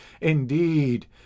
indeed